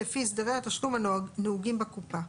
לפי הסדרי התשלום הנוהגים בקופה,